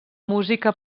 música